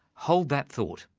hold that thought,